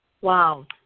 Wow